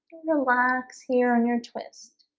relax here on your twist